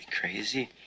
crazy